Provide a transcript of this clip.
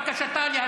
רבותיי, עוברים